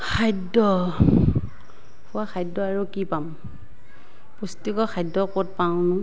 খাদ্য খোৱা খাদ্য আৰু কি পাম পুষ্টিকৰ খাদ্য ক'ত পাওঁনো